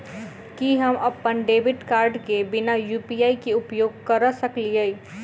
की हम अप्पन debit card केँ बिना यु.पी.आई केँ उपयोग करऽ सकलिये?